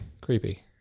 creepy